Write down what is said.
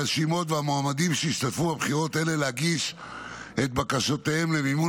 הרשימות והמועמדים שהשתתפו בבחירות אלה להגיש את בקשותיהם למימון